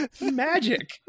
Magic